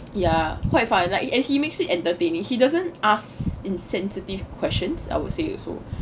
ya quite fun and he makes it entertaining he doesn't ask insensitive questions I would say also